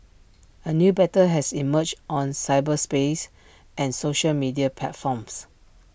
A new battle has emerged on cyberspace and social media platforms